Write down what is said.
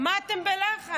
מה אתם בלחץ?